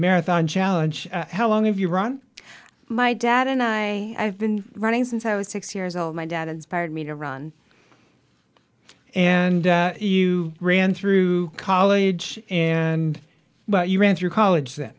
marathon challenge how long have you run my dad and i been running since i was six years old my dad inspired me to run and you ran through college and but you ran through college that